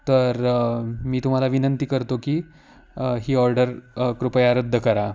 तर मी तुम्हाला विनंती करतो की ही ऑर्डर कृपया रद्द करा